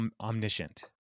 omniscient